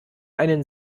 einen